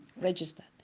registered